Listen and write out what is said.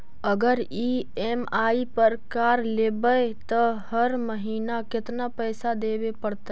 अगर ई.एम.आई पर कार लेबै त हर महिना केतना पैसा देबे पड़तै?